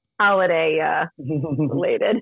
holiday-related